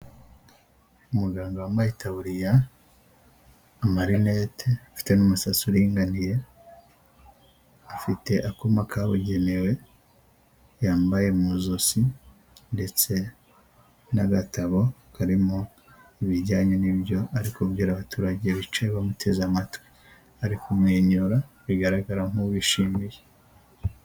umuganga wambaye itaburiya, amarinete afite n'umusatsi uringaniye, afite akuma kabugenewe yambaye mu zosi ndetse n'agatabo karimo ibijyanye nibyo ari kubwira abaturage bicaye bamuteze amatwi ari kumwenyura bigaragara nkubishimiye.